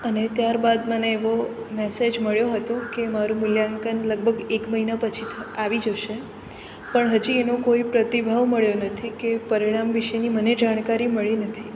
અને ત્યાર બાદ મને એવો મેસેજ મળ્યો હતો કે મારું મૂલ્યાંકન લગભગ એક મહિના પછી આવી જશે પણ હજી એનું કોઈ પ્રતિભાવ મળ્યો નથી કે પરિણામ વિષેની મને જાણકારી મળી નથી